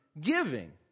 giving